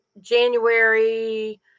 January